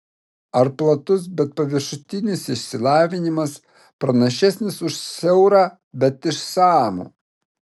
ar platus bet paviršutinis išsilavinimas pranašesnis už siaurą bet išsamų